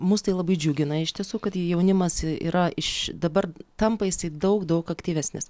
mus tai labai džiugina iš tiesų kad jaunimas yra iš dabar tampa jisai daug daug aktyvesnis